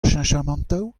cheñchamantoù